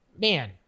man